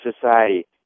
Society